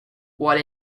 while